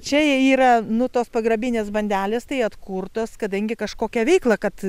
čia jie yra nu tos pagrabinės bandelės tai atkurtos kadangi kažkokią veiklą kad